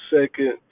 second